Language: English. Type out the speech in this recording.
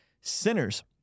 Sinners